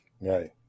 Right